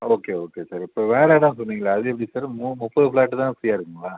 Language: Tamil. ஓகே ஓகே சார் இப்போ வேற இடம் சொன்னீங்களே அது எப்படி சார் மூணு முப்பது ஃபிளாட்டு தான் ஃப்ரீயாக இருக்குதுங்களா